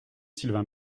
sylvain